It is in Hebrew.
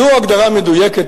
זו הגדרה מדויקת,